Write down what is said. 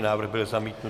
Návrh byl zamítnut.